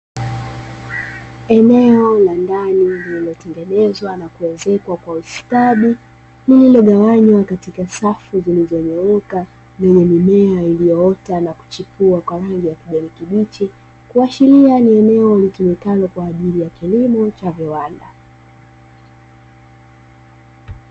Eneo la ndani, lililotengenezwa na kuezekwa kwa ustadi, lililogawanywa katika safu zilizonyooka, lenye mimea iliyoota na kuchipua kwa rangi ya kijani kibichi. Kuashiria ni eneo linalotumika kwa ajili ya kilimo cha viwanda.